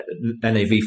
NAV